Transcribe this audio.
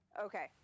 okay